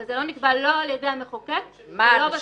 אבל זה לא נקבע לא על ידי המחוקק ולא בתקנות.